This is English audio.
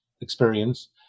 experience